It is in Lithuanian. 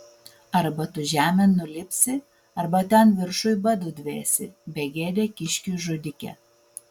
arba tu žemėn nulipsi arba ten viršuj badu dvėsi begėde kiškių žudike